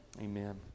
Amen